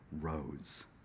Rose